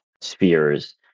spheres